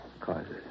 causes